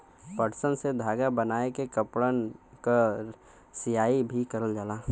पटसन से धागा बनाय के कपड़न क सियाई भी करल जाला